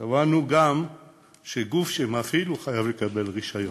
קבענו גם שגוף שמפעיל חייב לקבל רישיון,